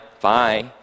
bye